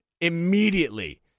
immediately